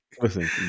Listen